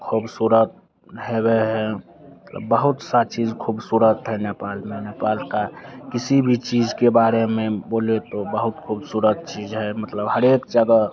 ख़ूबसूरत हैवे है मतलब बहुत सी चीज़ ख़ूबसूरत है नेपाल में नेपाल की किसी भी चीज़ के बारे में बोले तो बहुत ख़ूबसूरत चीज़ है मतलब हर एक जगह